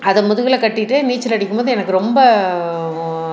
அதை முதுகில் கட்டிட்டு நீச்சல் அடிக்கும் போது எனக்கு ரொம்ப